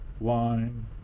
line